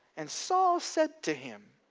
and saul said to him,